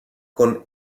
con